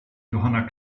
johanna